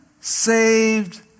saved